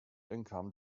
income